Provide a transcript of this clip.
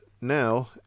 now